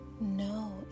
No